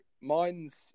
mine's